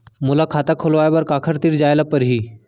मोला खाता खोलवाय बर काखर तिरा जाय ल परही?